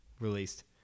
released